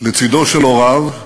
לצדם של הוריו,